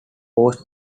posed